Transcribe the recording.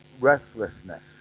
restlessness